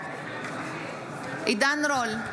בעד עידן רול,